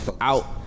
Out